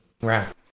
Right